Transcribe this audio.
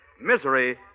misery